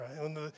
right